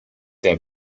sehr